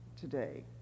today